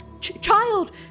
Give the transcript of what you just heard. Child